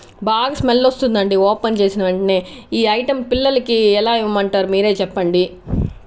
బాగా స్మెల్ వస్తుందండి ఓపెన్ చేసిన వెంటనే ఈ ఐటెం పిల్లలకి ఎలా ఇమ్మంటారు మీరే చెప్పండి